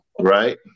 Right